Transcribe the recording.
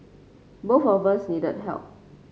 both of us needed help